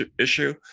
issue